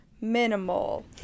minimal